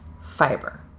fiber